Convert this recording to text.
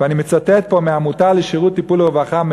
ואני מצטט פה מהעמותה לשירות טיפול ורווחה,